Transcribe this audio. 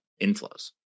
inflows